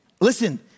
Listen